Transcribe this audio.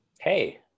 Hey